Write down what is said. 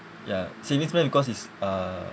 ya savings plan because it's uh